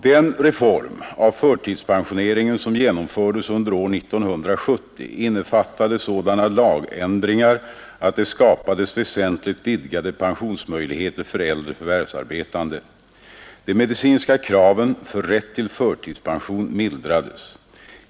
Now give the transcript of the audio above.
Den reform av förtidspensioneringen som genomfördes under år 1970 innefattade sådana lagändringar att det skapades väsentligt vidgade pensionsmöjligheter för äldre förvärvsarbetande. De medicinska kraven för rätt till förtidspension mildrades.